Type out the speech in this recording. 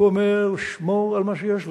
הוא אומר: שמור על מה שיש לך.